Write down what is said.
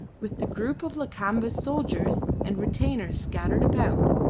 with the groups of lakamba's soldiers and retainers scattered about.